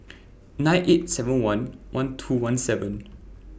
nine eight seven one one two one seven